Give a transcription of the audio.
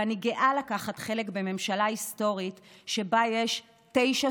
ואני גאה לקחת חלק בממשלה היסטורית שבה יש תשע